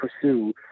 pursue